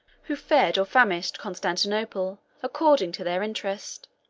who fed, or famished, constantinople, according to their interest.